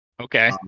Okay